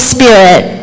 Spirit